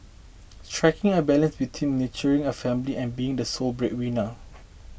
striking a balance between nurturing a family and being the sole breadwinner